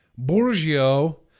Borgio